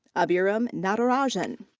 abhiram natarajan.